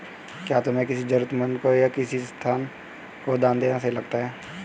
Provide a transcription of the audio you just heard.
क्या तुम्हें किसी जरूरतमंद को या किसी संस्था को दान देना सही लगता है?